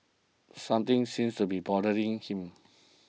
something seems to be bothering him